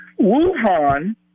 wuhan